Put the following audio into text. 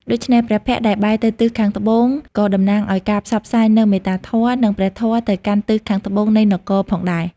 ដូច្នេះ ព្រះភ័ក្ត្រដែលបែរទៅទិសខាងត្បូងក៏តំណាងឱ្យការផ្សព្វផ្សាយនូវមេត្តាធម៌ និងព្រះធម៌ទៅកាន់ទិសខាងត្បូងនៃនគរផងដែរ។